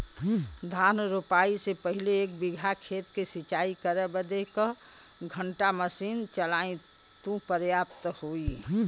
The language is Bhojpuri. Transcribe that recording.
धान रोपाई से पहिले एक बिघा खेत के सिंचाई करे बदे क घंटा मशीन चली तू पर्याप्त होई?